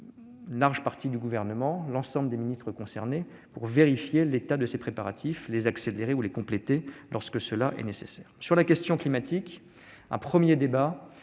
le 12 octobre dernier, l'ensemble des ministres concernés pour vérifier l'état de ces préparatifs, en vue de les accélérer ou de les compléter lorsque cela est nécessaire. Sur la question climatique, un premier débat